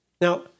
Now